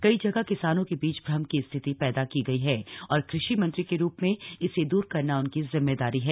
कई जगह किसानों के बीच भ्रम की स्थिति पैदा की गई है और कृषि मंत्री के रूप में इसे दूर करना उनकी जिम्मेदारी है